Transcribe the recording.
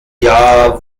jahr